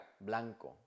Blanco